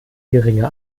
geringe